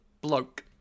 bloke